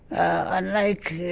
unlike